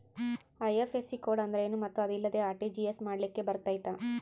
IFSC code ಅಂದ್ರೇನು ಮತ್ತು ಅದಿಲ್ಲದೆ ಆರ್.ಟಿ.ಜಿ.ಎಸ್ ಮಾಡ್ಲಿಕ್ಕೆ ಬರ್ತೈತಾ?